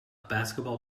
basketball